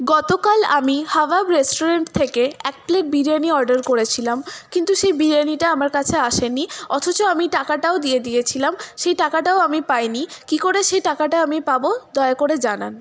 গতকাল আমি হাভাব রেষ্টুরেন্ট থেকে এক প্লেট বিরিয়ানি অর্ডার করেছিলাম কিন্তু সেই বিরিয়ানিটা আমার কাছে আসে নি অথচ আমি টাকাটাও দিয়ে দিয়েছিলাম সেই টাকাটাও আমি পাই নি কী করে সেই টাকাটা আমি পাব দয়া করে জানান